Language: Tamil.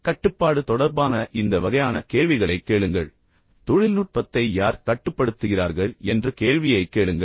இப்போது கட்டுப்பாடு தொடர்பான இந்த வகையான கேள்விகளைக் கேளுங்கள் தொழில்நுட்பத்தை யார் கட்டுப்படுத்துகிறார்கள் என்ற கேள்வியைக் கேளுங்கள்